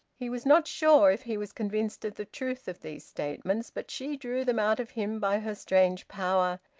he was not sure if he was convinced of the truth of these statements but she drew them out of him by her strange power.